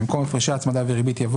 במקום "הפרשי הצמדה